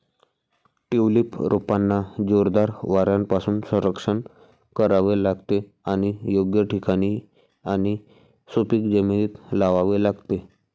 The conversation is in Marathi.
ट्यूलिप रोपांना जोरदार वाऱ्यापासून संरक्षण करावे लागते आणि योग्य ठिकाणी आणि सुपीक जमिनीत लावावे लागते